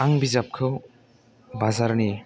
आं बिजाबखौ बाजारनि